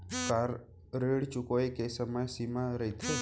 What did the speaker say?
का ऋण चुकोय के समय सीमा रहिथे?